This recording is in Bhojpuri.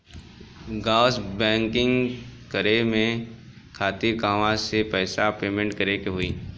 गॅस बूकिंग करे के खातिर कहवा से पैसा पेमेंट करे के होई?